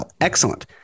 excellent